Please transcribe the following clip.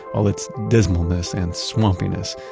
all its dismal-ness and swampiness,